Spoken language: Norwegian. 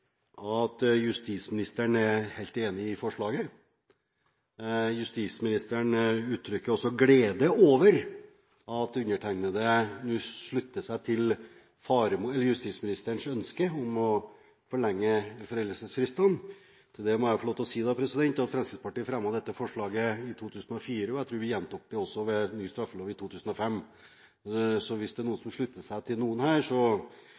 at justisministeren er helt enig i forslaget. Justisministeren uttrykker også glede over at undertegnede nå slutter seg til hennes ønske om å forlenge foreldelsesfristene. Til det må jeg få lov til å si at Fremskrittspartiet fremmet dette forslaget i 2004, og jeg tror vi gjentok det også ved ny straffelov i 2005. Om det er noen som slutter seg til noen her, så